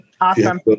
Awesome